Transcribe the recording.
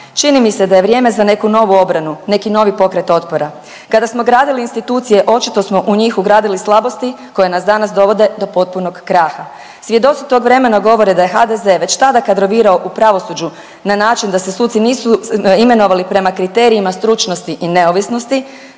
Čini mi se da je vrijeme za neku novu obranu, neki novi pokret otpora. Kada smo gradili institucije očito smo u njih ugradili slabosti koje nas danas dovode do potpunog kraha. Svjedoci tog vremena govore da je HDZ-e već tada kadrovirao u pravosuđu na način da se suci nisu imenovali prema kriterijima stručnosti i neovisnosti,